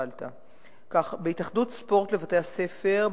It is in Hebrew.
בהתאחדות הספורט לבתי-הספר,